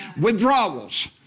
withdrawals